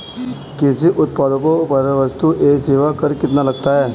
कृषि उत्पादों पर वस्तु एवं सेवा कर कितना लगता है?